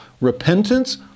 Repentance